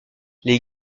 les